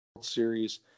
Series